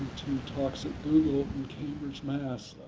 talks at google in cambridge, mass.